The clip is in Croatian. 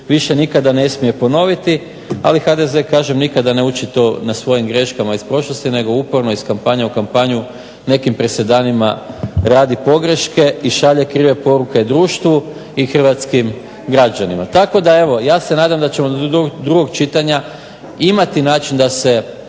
više nikada ne smije ponoviti, ali HDZ kažem nikada ne uči to na svojim greškama iz prošlosti nego uporno iz kampanje u kampanju nekim presedanima radi pogreške i šalje krive poruke društvu i hrvatskim građanima. Tako da evo, ja se nadam da ćemo do drugog čitanja imati način da se